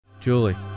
Julie